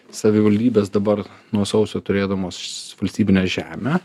savivaldybės dabar nuo sausio turėdamos valstybinę žemę